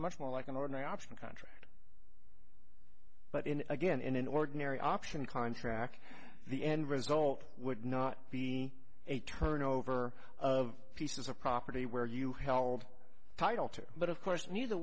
much more like an ordinary option contract but in again in an ordinary option contract the end result would not be a turnover of pieces of property where you held title to but of course neither